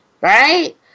Right